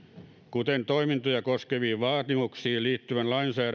kuten toimintoja koskeviin vaatimuksiin liittyvän lainsäädännön tarkoituksenmukaisuuden ja